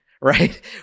right